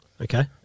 Okay